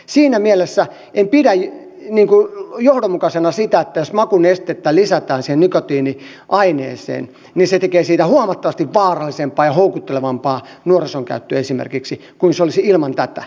siinä mielessä en pidä johdonmukaisena sitä että jos makunestettä lisätään siihen nikotiiniaineeseen niin se tekee siitä huomattavasti vaarallisempaa ja houkuttelevampaa nuorison käyttöön esimerkiksi kuin mitä se olisi ilman tätä